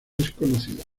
desconocida